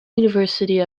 university